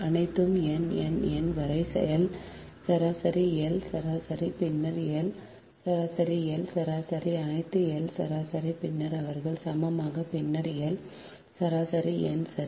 அனைத்து n n n வரை L சராசரி L சராசரி பின்னர் L சராசரி L சராசரி அனைத்து L சராசரி பின்னர் அவர்கள் சமமான பின்னர் L சராசரி n சரி